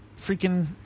freaking